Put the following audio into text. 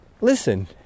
listen